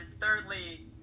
thirdly